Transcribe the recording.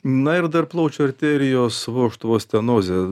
na ir dar plaučių arterijos vožtuvo stenozė